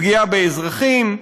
פגיעה באזרחים.